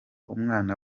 umwana